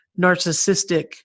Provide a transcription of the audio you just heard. narcissistic